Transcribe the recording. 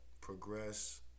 Progress